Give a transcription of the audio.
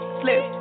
slip